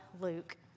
Luke